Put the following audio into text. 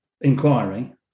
inquiry